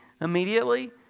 immediately